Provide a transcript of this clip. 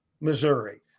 Missouri